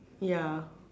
ya